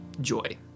joy